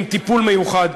עם טיפול מיוחד,